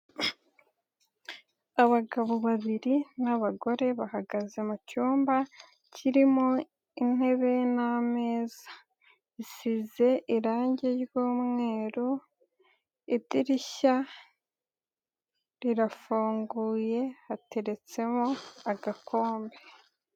Abagabo babiri n'abagore bahagaze mu cyumba kirimo intebe n'ameza, isize irangi ry'umweru idirishya rirafunguye hateretsemo agakombe.